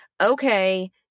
Okay